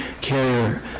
carrier